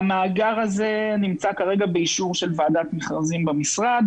המאגר הזה נמצא כרגע באישור של ועדת מכרזים במשרד.